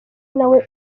nawe